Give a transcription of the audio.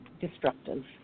destructive